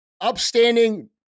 upstanding